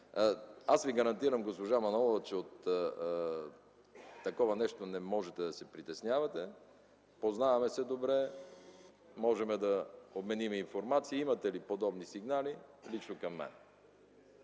Аз Ви гарантирам, госпожо Манолова, че от такова нещо не можете да се притеснявате. Познаваме се добре. Можем да обменим информация. Имате ли подобни сигнали – лично към мен.